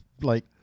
like-